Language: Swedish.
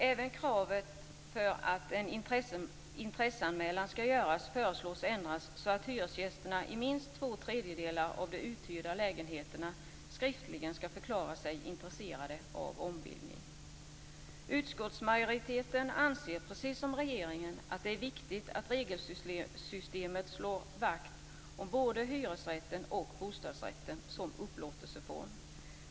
Även kravet för att en intresseanmälan skall få göras föreslås ändras så att hyresgästerna i minst två tredjedelar av de uthyrda lägenheterna skriftligen skall förklara sig intresserade av ombildning. Utskottsmajoriteten anser, precis som regeringen, att det är viktigt att regelsystemet slår vakt om både hyresrätten och bostadsrätten som upplåtelseform.